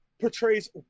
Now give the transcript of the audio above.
portrays